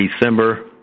December